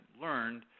learned